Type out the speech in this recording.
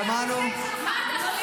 מה אסור בזה?